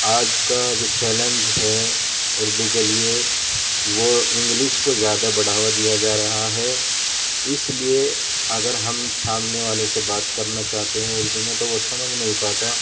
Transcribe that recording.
آج کا جو چیلنج ہے اردو کے لیے وہ انگلش کو زیادہ بڑھاوا دیا جا رہا ہے اس لیے اگر ہم سامنے والے سے بات کرنا چاہتے ہیں اردو میں تو وہ سمجھ نہیں پاتا